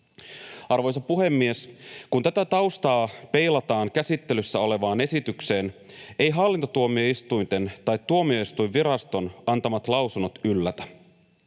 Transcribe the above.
Arvoisa puhemies! Kun tätä taustaa peilataan käsittelyssä olevaan esitykseen, eivät hallintotuomioistuinten tai Tuomioistuinviraston antamat lausunnot yllätä.